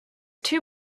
two